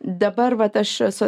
dabar vat aš esu